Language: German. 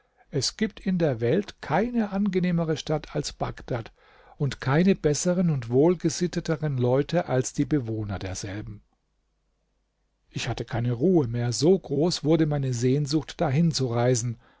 es gibt in der welt keine angenehmere stadt als bagdad und keine besseren und wohlgesitteteren leute als die bewohner derselben ich hatte keine ruhe mehr so groß wurde meine sehnsucht dahin zu reisen